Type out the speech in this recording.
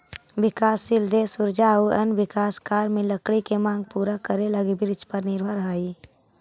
विकासशील देश ऊर्जा आउ अन्य विकास कार्य में लकड़ी के माँग पूरा करे लगी वृक्षपर निर्भर हइ